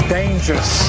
dangerous